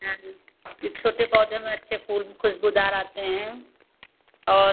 हाँ जो छोटे पौधे में अच्छे फूल ख़ुशबूदार आते हैं और